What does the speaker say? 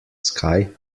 sky